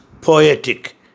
poetic